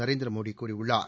நரேந்திர மோடி கூறியுள்ளார்